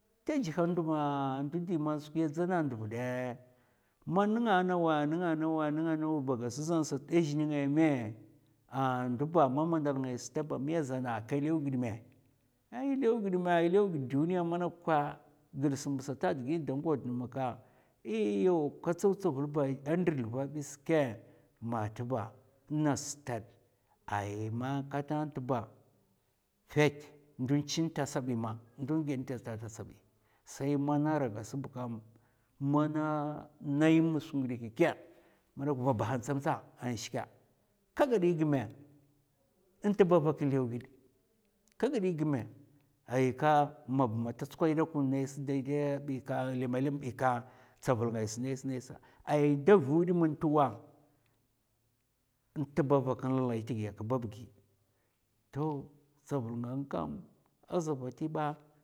Ta zhèd ndo man skwiya dzana nɗuv dè, man nga nawa nga nawa, nga nawab a gas ɗzan sa ɓzhè nènga mè a'ndu ba man mandal ngai sta ba, kè lèw gid mè? Ay è lèw ghid mè, è lèw gid duniy manakwa ghid sam sata a digi nda ngwadn maka iyaw ka tso tsavul ba a ndirsl va bi skè ma tba ngas stad. ai ma ktan ntba fèt ndun chin ta sabi ma, ndun ghèd n'tanta sabi sai mana ra gas bkam. mana nai mum su nghidè kèkkè madok ba bahan tsam tsam an shika ka gad è gimè ntba vak in lèw ghid, ka gad è gimè? Ai ka ma ba man ta tsukwai dok nais daidaya bi ka lèmèlèmè bi ka tsavul ngais nais nais naisa ai n'dè vwèd mantwa? Ntba vak n'lèlai tigi toh tsavul ngankam aza vati ba.